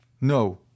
No